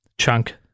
chunk